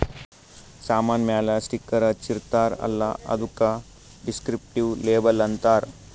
ಸಾಮಾನ್ ಮ್ಯಾಲ ಸ್ಟಿಕ್ಕರ್ ಹಚ್ಚಿರ್ತಾರ್ ಅಲ್ಲ ಅದ್ದುಕ ದಿಸ್ಕ್ರಿಪ್ಟಿವ್ ಲೇಬಲ್ ಅಂತಾರ್